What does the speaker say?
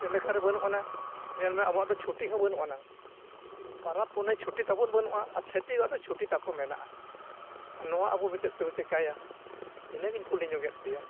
ᱪᱮᱫ ᱞᱮᱠᱟᱨᱮ ᱵᱟᱹᱱᱩᱜ ᱟᱱᱟᱝ ᱧᱮᱞᱢᱮ ᱟᱵᱚᱣᱟᱜ ᱫᱚ ᱪᱷᱩᱴᱤ ᱦᱚᱸ ᱵᱟᱹᱱᱩᱜ ᱟᱱᱟᱝ ᱯᱚᱨᱚᱵᱽ ᱯᱩᱱᱟᱹᱭ ᱪᱷᱩᱴᱤ ᱛᱟᱵᱚᱱ ᱵᱟᱹᱱᱩᱜᱼᱟ ᱟᱨ ᱪᱷᱟᱹᱛᱤᱠ ᱟᱜ ᱫᱚ ᱪᱷᱩᱴᱤ ᱛᱟᱠᱚ ᱢᱮᱱᱟᱜᱼᱟ ᱱᱚᱣᱟ ᱟᱵᱚ ᱪᱮᱫ ᱪᱚᱵᱚ ᱪᱤᱠᱟᱹᱭᱟ ᱤᱱᱟᱹ ᱜᱤᱧ ᱠᱩᱞᱤ ᱧᱚᱜᱮᱫ ᱯᱮᱭᱟ